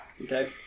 Okay